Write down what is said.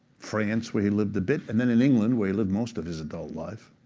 france, where he lived a bit, and then in england, where he lived most of his adult life.